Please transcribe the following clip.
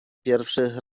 pierwszy